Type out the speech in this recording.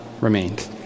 remained